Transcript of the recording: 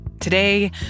Today